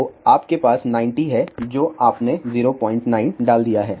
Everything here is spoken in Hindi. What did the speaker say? तो आपके पास 90 है जो आपने 09 डाल दिया है